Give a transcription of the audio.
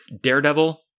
Daredevil